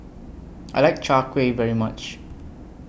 I like Chai Kueh very much